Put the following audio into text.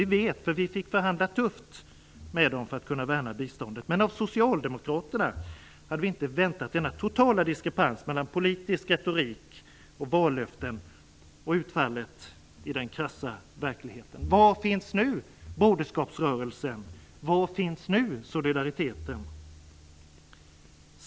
Vi vet, eftersom vi fick förhandla tufft med dem för att kunna värna biståndet. Men av Socialdemokraterna hade vi inte väntat denna totala diskrepans mellan politisk retorik och vallöften å ena sidan och utfallet i den krassa verkligheten å den andra. Var finns nu broderskapsrörelsen? Var finns nu solidariteten?